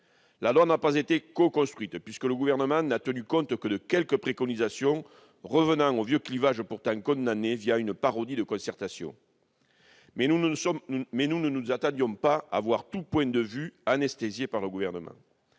La loi n'a pas été coconstruite, puisque le Gouvernement n'a tenu compte que de quelques-unes de nos préconisations, revenant au vieux clivage pourtant condamné une parodie de concertation. Nous ne nous attendions pas à voir tout point de vue divergent écarté par le Gouvernement.